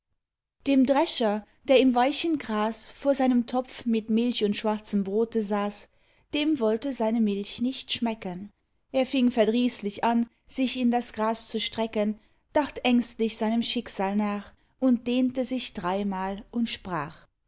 dem drescher der im weichen gras vor seinem topf mit milch und schwarzem brote saß dem wollte seine milch nicht schmecken er fing verdrießlich an sich in das gras zu strecken dacht ängstlich seinem schicksal nach und dehnte sich dreimal und sprach